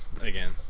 again